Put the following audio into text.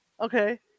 Okay